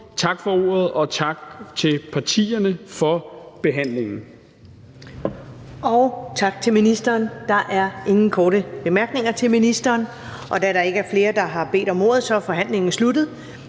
næstformand (Karen Ellemann): Tak til ministeren. Der er ingen korte bemærkninger til ministeren. Da der ikke er flere, der har bedt om ordet, er forhandlingen sluttet.